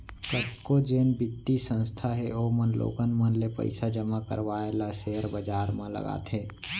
कतको जेन बित्तीय संस्था हे ओमन लोगन मन ले पइसा जमा करवाय ल सेयर बजार म लगाथे